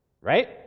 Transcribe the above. right